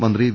മന്ത്രി വി